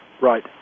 Right